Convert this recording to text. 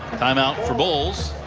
timeout for bolles.